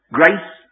grace